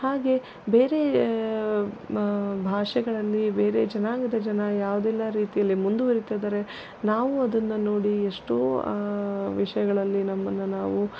ಹಾಗೆ ಬೇರೆ ಭಾಷೆಗಳಲ್ಲಿ ಬೇರೆ ಜನಾಂಗದ ಜನ ಯಾವುದೆಲ್ಲ ರೀತಿಯಲ್ಲಿ ಮುಂದುವರೀತಾ ಇದ್ದಾರೆ ನಾವೂ ಅದನ್ನು ನೋಡಿ ಎಷ್ಟೋ ವಿಷಯಗಳಲ್ಲಿ ನಮ್ಮನ್ನು ನಾವು